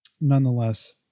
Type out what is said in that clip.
nonetheless